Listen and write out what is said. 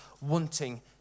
wanting